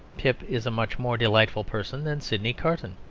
pip is a much more delightful person than sydney carton.